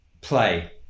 play